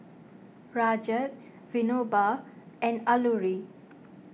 Rajat Vinoba and Alluri